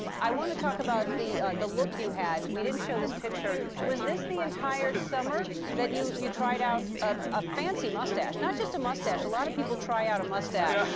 um i want to talk about the the look you had. we didn't show this picture. was this the entire summer that you you tried out of a fancy mustache. not just a mustache. a lot of people try out a mustache.